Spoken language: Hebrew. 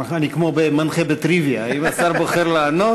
אני כמו מנחה בטריוויה: האם השר בוחר לענות?